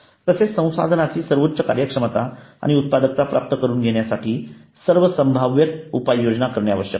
तसेच संसाधनांची सर्वोच्च कार्यक्षमता आणि उत्पादकता प्राप्त करून घेण्यासाठी सर्व संभाव्य उपाययोजना करणे आवश्यक आहे